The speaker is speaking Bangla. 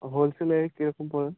হোলসেলে কিরকম পড়বে